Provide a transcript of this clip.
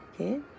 okay